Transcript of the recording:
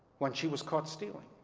when she was caught stealing